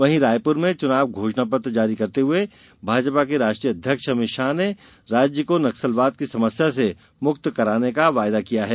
वहीं रायपुर में चुनाव घोषणा पत्र जारी करते हुए भाजपा के राष्ट्रीय अध्यक्ष अभित शाह ने राज्य को नक्सलवाद की समस्या से मुक्त कराने का वायदा किया है